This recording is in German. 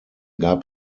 gab